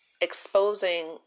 exposing